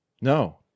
No